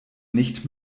nicht